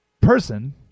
person